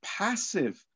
passive